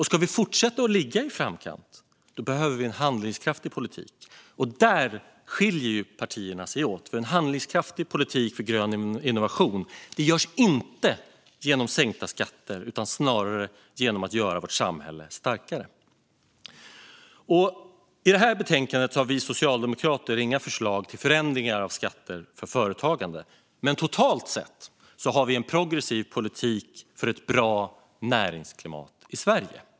Ska vi fortsätta att ligga i framkant behöver vi en handlingskraftig politik, och där skiljer partierna sig åt. En handlingskraftig politik för grön innovation åstadkoms inte genom sänkta skatter utan snarare genom att vi gör vårt samhälle starkare. I detta betänkande har vi socialdemokrater inga förslag till förändringar av skatter på företagande, men totalt sett har vi en progressiv politik för ett bra näringsklimat i Sverige.